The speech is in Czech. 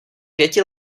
pěti